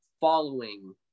following